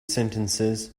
sentences